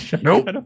Nope